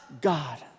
God